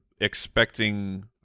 expecting